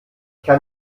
kann